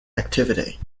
activity